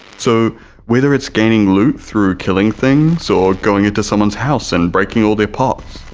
so whether it's gaining loot through killing things or going into someone's house and breaking all their pots,